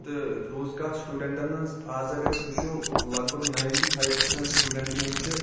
تہٕ روٗز کتھ سٹوڈَنٹَن ہٕنٛز اَز اَگَر أسۍ وُچھو لَگ بَگ نایِنٹی فایِو پٔرسنٛٹ سٹوڈَنٹ یِم چھِ